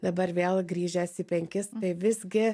dabar vėl grįžęs į penkis tai visgi